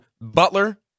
Butler